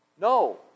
No